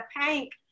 pink